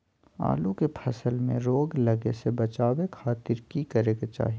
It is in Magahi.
आलू के फसल में रोग लगे से बचावे खातिर की करे के चाही?